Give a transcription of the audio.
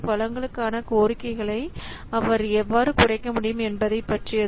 வளங்களுக்கான கோரிக்கைகளை அவர் எவ்வாறு குறைக்க முடியும் என்பதைப் பற்றியது